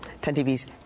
10TV's